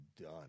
done